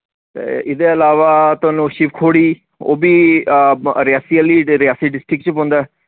ते इदे अलावा थोआनू शिव खोड़ी ओह् बी रेआसी आह्ली रेआसी डिस्ट्रिक च पोंदा ऐ